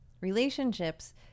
relationships